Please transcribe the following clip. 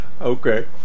Okay